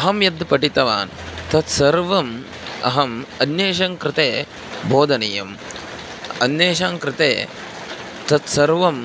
अहं यद् पठितवान् तत् सर्वम् अहम् अन्येषां कृते बोधनीयम् अन्येषां कृते तत् सर्वं